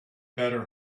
better